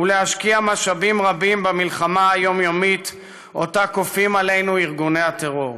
ולהשקיע משאבים רבים במלחמה היומיומית שכופים עלינו ארגוני הטרור,